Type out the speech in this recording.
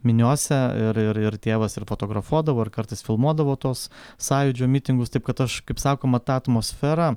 miniose ir ir ir tėvas ir fotografuodavo ir kartais filmuodavo tuos sąjūdžio mitingus taip kad aš kaip sakoma tą atmosferą